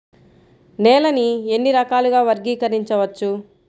నేలని ఎన్ని రకాలుగా వర్గీకరించవచ్చు?